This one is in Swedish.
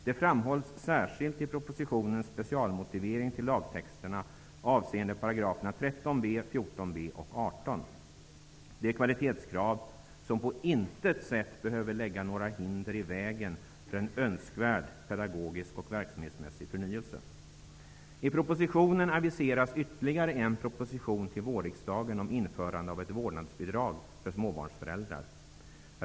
Det framhålls särskilt i propositionens specialmotivering till lagtexterna avseende paragraferna 13B, 14B och 18. Det är kvalitetskrav som på intet sätt behöver lägga några hinder i vägen för en önskvärd pedagogisk och verksamhetsmässig förnyelse. I propositionen aviseras ytterligare en proposition till vårriksdagen om införande av ett vårdnadsbidrag för småbarnsföräldrar.